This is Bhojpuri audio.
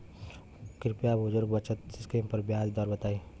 कृपया बुजुर्ग बचत स्किम पर ब्याज दर बताई